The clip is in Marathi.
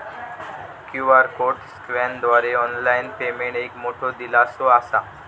क्यू.आर कोड स्कॅनरद्वारा ऑनलाइन पेमेंट एक मोठो दिलासो असा